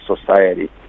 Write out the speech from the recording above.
society